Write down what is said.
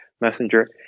Messenger